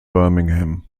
birmingham